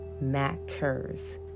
matters